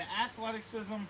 athleticism